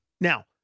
Now